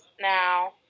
now